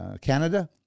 Canada